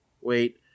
Wait